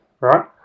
right